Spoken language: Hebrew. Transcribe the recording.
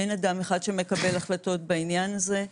אין אדם אחד שמקבל החלטות בעניין הזה,